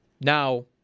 now